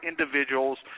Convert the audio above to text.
individuals